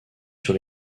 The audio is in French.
sur